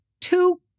two